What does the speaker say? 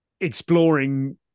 exploring